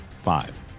Five